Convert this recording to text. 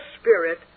spirit